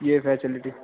ये फैसिलिटी